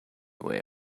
way